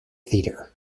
theatre